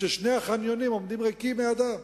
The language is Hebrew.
כששני החניונים עומדים ריקים מאדם.